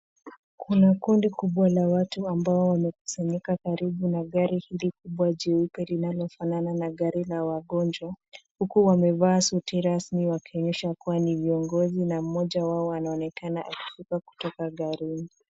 Kuna kundi kubwa la watu ambao wamekusanyika karibu na gari hili kubwa jeupe linalofanana na gari la wagonjwa, huku wamevaa suti rasmi wakionyesha kuwa ni viongozi na mmoja wao anaonekana akishuka kutoka gari hii.